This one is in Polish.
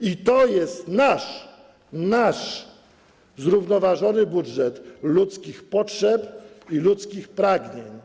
I to jest nasz zrównoważony budżet ludzkich potrzeb i ludzkich pragnień.